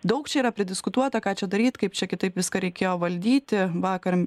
daug čia yra diskutuota ką čia daryt kaip čia kitaip viską reikėjo valdyti vakar